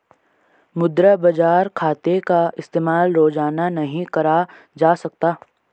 मुद्रा बाजार खाते का इस्तेमाल रोज़ाना नहीं करा जा सकता